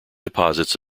deposits